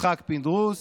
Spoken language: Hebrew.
יצחק פינדרוס,